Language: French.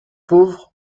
pauvre